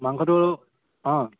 মাংসটো অঁ